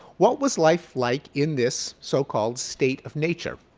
what was life like in this so-called state of nature?